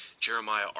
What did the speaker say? Jeremiah